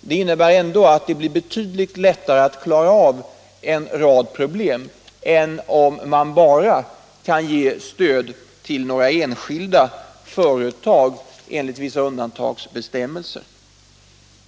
Det innebär att det blir betydligt lättare att klara upp en rad problem, än om man bara kan ge stöd till några enskilda företag enligt vissa undantagsbestämmelser.